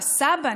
הסבא,